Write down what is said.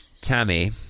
Tammy